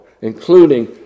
including